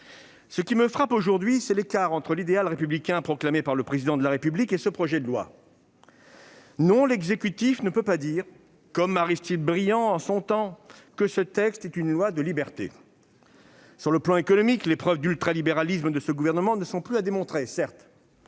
Ce qui me frappe aujourd'hui, c'est l'écart entre l'idéal républicain proclamé par le Président de la République et ce projet de loi. Non, l'exécutif ne peut pas dire, comme le fit Aristide Briand en son temps, que ce texte est un projet de loi de liberté. Du point de vue économique, les preuves d'ultralibéralisme de ce gouvernement ne sont plus à démontrer, certes,